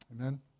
Amen